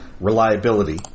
reliability